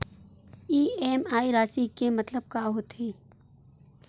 EMI राशि के मतलब का होथे?